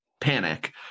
panic